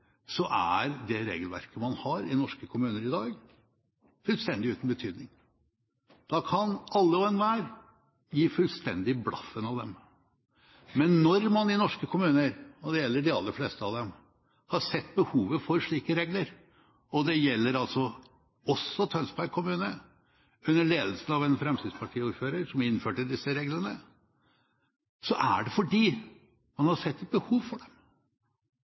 er det regelverket man har i norske kommuner i dag, fullstendig uten betydning. Da kan alle og enhver gi fullstendig blaffen i det. Men når man i de aller fleste norske kommuner har sett behovet for slike etiske regler – det gjelder også Tønsberg kommune, som under ledelse av en fremskrittspartiordfører innførte slike regler – er det fordi det har